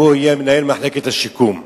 הוא יהיה מנהל מחלקת השיקום.